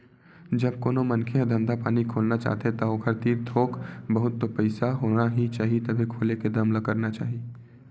जब कोनो मनखे ह धंधा पानी खोलना चाहथे ता ओखर तीर थोक बहुत तो पइसा होना ही चाही तभे खोले के दम ल करना चाही